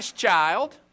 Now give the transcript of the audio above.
child